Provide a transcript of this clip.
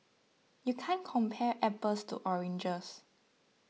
you can't compare apples to oranges